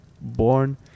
born